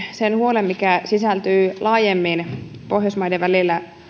sen huolen mikä sisältyy laajemmin pohjoismaiden välillä